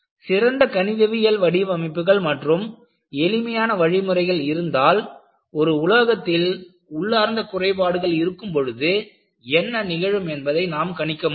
சிறந்த கணிதவியல் வடிவமைப்புகள் மற்றும் எளிமையான வழிமுறைகள் இருந்தால் ஒரு உலோகத்தில் உள்ளார்ந்த குறைபாடுகள் இருக்கும் பொழுது என்ன நிகழும் என்பதை நாம் கணிக்க முடியும்